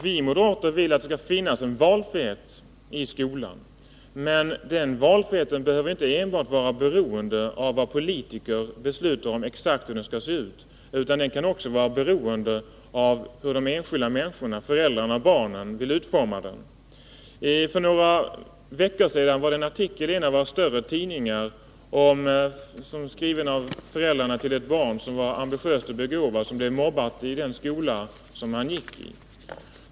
Vi moderater vill att det skall finnas en valfrihet i skolan, men den valfriheten behöver inte enbart vara beroende av att politiker beslutar om hur den exakt skall se ut, utan den kan också vara beroende av hur de enskilda människorna, föräldrarna och barnen, vill utforma den. För några veckor sedan var det i en av våra större tidningar en artikel skriven av föräldrarna till ett barn som var ambitiöst och begåvat men som blev mobbat i den skola som han gick i.